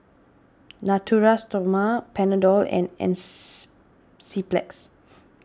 Natura Stoma Panadol and Enz Zyplex